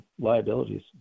liabilities